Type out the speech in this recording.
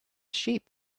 sheep